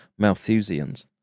Malthusians